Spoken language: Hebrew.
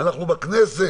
אנחנו בכנסת,